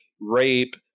rape